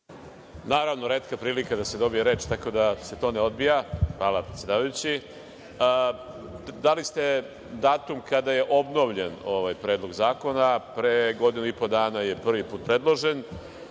Naravno, retka je prilika da se dobije reč, tako da se to ne odbija. Hvala, predsedavajući. Dali ste datum kada je obnovljen ovaj Predlog zakona, pre godinu i po dana je prvi put predložen.